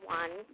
one